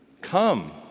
Come